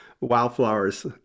wildflowers